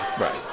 right